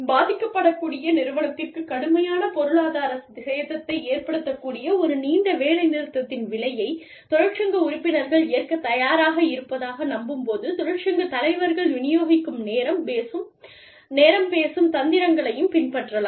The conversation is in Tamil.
பாதிக்கப்படக்கூடிய நிறுவனத்திற்கு கடுமையான பொருளாதார சேதத்தை ஏற்படுத்தக் கூடிய ஒரு நீண்ட வேலைநிறுத்தத்தின் விலையை தொழிற்சங்க உறுப்பினர்கள் ஏற்கத் தயாராக இருப்பதாக நம்பும்போது தொழிற்சங்கத் தலைவர்கள் விநியோகிக்கும் பேரம் பேசும் தந்திரங்களையும் பின்பற்றலாம்